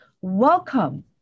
Welcome